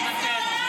פשוט תפסיקו.